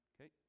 Okay